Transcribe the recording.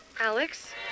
Alex